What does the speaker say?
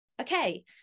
Okay